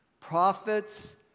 prophets